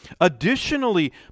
additionally